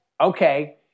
okay